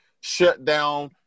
shutdown